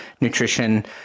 nutrition